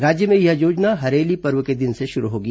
राज्य में यह योजना हरेली पर्व के दिन से शुरू होगी